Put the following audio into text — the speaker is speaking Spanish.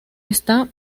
está